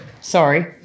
Sorry